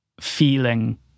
feeling